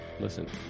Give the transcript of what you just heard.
listen